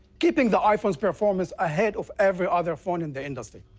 keeping the iphone's performance ahead of every other phone in the industry.